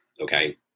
Okay